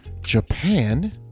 Japan